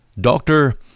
Doctor